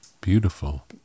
Beautiful